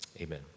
amen